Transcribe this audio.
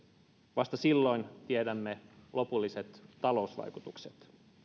vasta silloin tiedämme lopulliset talousvaikutukset